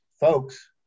folks